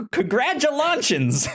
Congratulations